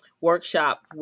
workshop